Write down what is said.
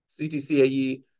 CTCAE